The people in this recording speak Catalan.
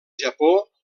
japó